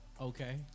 Okay